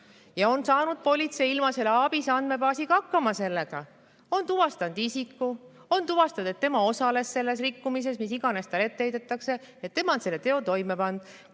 ja on saanud politsei ilma selle ABIS‑e andmebaasita hakkama. On tuvastanud isiku, on tuvastanud, et tema osales selles rikkumises, mida iganes talle ette heidetakse, et tema on selle teo toime pannud.